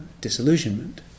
disillusionment